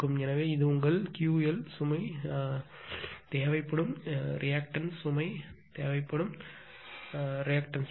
எனவே இது உங்கள் கியூஎல் சுமை தேவைப்படும் எதிர்வினை சுமை எதிர்வினை பவர்